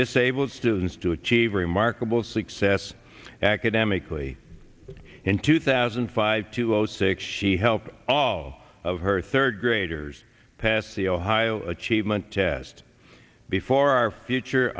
disabled students to achieve remarkable success academically in two thousand and five two zero six she helped all of her third graders pass the ohio achievement test before our future